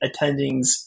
attendings